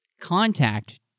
contact